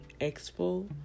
Expo